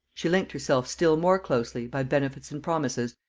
she linked herself still more closely, by benefits and promises,